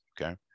Okay